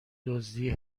دزدی